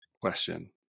question